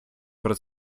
про